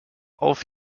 auf